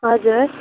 हजुर